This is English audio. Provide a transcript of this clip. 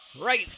Right